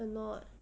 are not